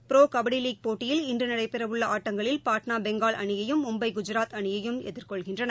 ப்ரோகபடிலீக் போட்டியில் இன்றுநடைபெறஉள்ளஆட்டங்களில் பாட்னா பெங்கால் அணியையும் மும்பை குஜராத் அணியையும் எதிர்கொள்கின்றன